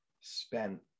spent